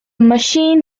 machine